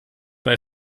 bei